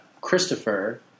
Christopher